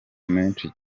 menshi